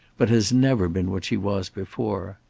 but has never been what she was before.